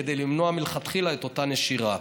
כדי למנוע מלכתחילה את אותה נשירה.